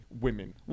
women